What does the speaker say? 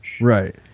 Right